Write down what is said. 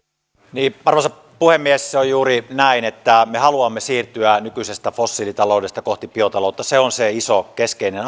arvoisa puhemies se on juuri näin että me haluamme siirtyä nykyisestä fossiilitaloudesta kohti biotaloutta se on se iso keskeinen